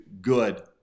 good